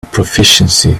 proficiency